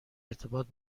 ارتباط